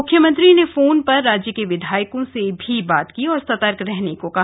मुख्यमंत्री ने फोन पर राज्य के विधायकों से भी बात की और सतर्क रहने को कहा